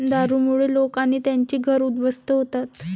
दारूमुळे लोक आणि त्यांची घरं उद्ध्वस्त होतात